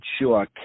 sure